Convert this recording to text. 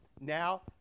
now